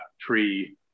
tree